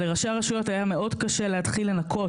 אבל לראשי הרשויות היה מאוד קשה להתחיל לנקות